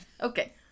Okay